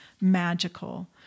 magical